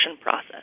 process